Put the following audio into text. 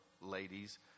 ladies